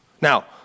Now